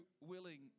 willing